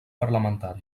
parlamentari